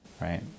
Right